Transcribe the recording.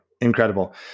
incredible